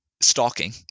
stalking